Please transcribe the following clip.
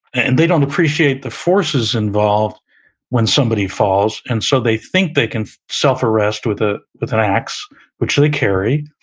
and they don't appreciate the forces involved when somebody falls, and so they think they can self-arrest with ah with an axe which they carry,